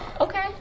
Okay